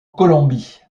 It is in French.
colombie